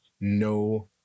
no